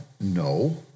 No